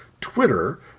Twitter